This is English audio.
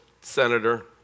senator